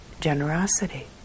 generosity